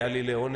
היה לי לעונג.